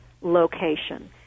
location